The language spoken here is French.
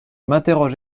m’interroge